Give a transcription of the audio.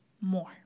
more